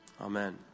Amen